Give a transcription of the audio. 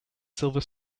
silver